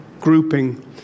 grouping